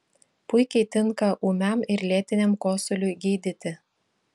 puikiai tinka ūmiam ir lėtiniam kosuliui gydyti